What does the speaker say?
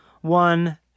one